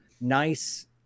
nice